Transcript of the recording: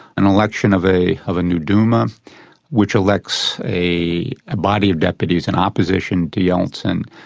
an election of a of a new duma which elects a a body of deputies in opposition to yeltsin.